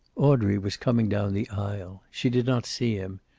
audrey was coming down the aisle. she did not see him.